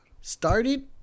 started